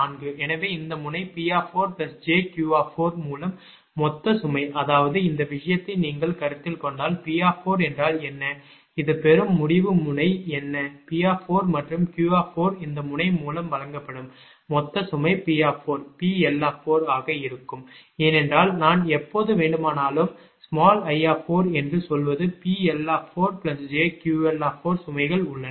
எனவே இந்த முனை PjQ மூலம் மொத்த சுமை அதாவது இந்த விஷயத்தை நீங்கள் கருத்தில் கொண்டால் P என்றால் என்ன இது பெறும் முடிவு முனை என்ன P மற்றும் Qஇந்த முனை மூலம் வழங்கப்படும் மொத்த சுமை P PL ஆக இருக்கும் ஏனென்றால் நான் எப்போது வேண்டுமானாலும் i என்று சொல்வது PL4jQL சுமைகள் உள்ளன